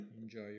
Enjoy